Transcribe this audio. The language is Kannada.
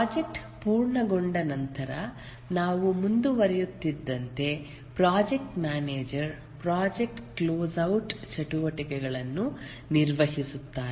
ಪ್ರಾಜೆಕ್ಟ್ ಪೂರ್ಣಗೊಂಡ ನಂತರ ನಾವು ಮುಂದುವರಿಯುತ್ತಿದ್ದಂತೆ project manager project close out ಚಟುವಟಿಕೆಗಳನ್ನು ನಿರ್ವಹಿಸುತ್ತಾರೆ